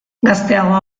gazteagoa